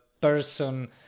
person